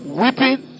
weeping